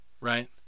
right